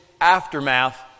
aftermath